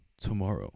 tomorrow